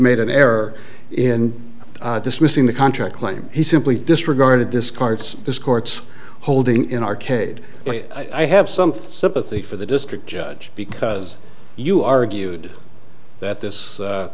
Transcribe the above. made an error in dismissing the contract claim he simply disregarded this karts this court's holding in arcade i have some sympathy for the district judge because you argued that this